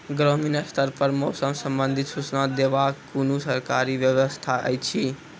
ग्रामीण स्तर पर मौसम संबंधित सूचना देवाक कुनू सरकारी व्यवस्था ऐछि?